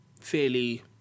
fairly